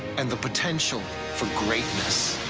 and the potential for greatness